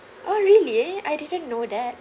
oh really I didn't know that